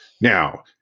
Now